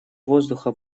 воздуха